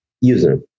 user